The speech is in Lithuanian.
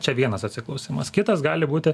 čia vienas atsiklausimas kitas gali būti